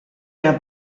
der